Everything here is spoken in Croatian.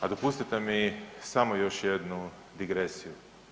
A dopustite mi samo još jednu digresiju.